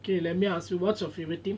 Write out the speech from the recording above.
okay let me ask you what is your favourite team